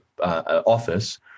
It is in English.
office